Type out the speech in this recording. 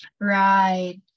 Right